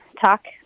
talk